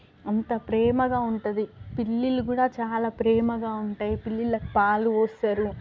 అంత ప్రేమగా ఉంటుంది పిల్లులు కూడా చాలా ప్రేమగా ఉంటాయి పిల్లులకు పాలు పోస్తారు